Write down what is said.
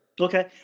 Okay